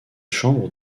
chambres